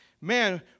man